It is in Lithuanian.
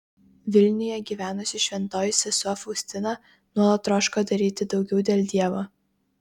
vilniuje gyvenusi šventoji sesuo faustina nuolat troško daryti daugiau dėl dievo